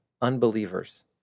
unbelievers